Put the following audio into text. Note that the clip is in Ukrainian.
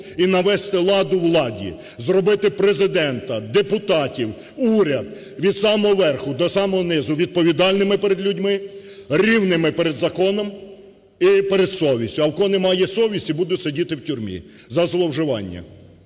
і навести лад у владі, зробити Президента, депутатів, уряд від самого верху до самого низу відповідальними перед людьми, рівними перед законами і перед совістю. А в кого немає совісті, буде сидіти в тюрмі за зловживання.